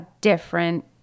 different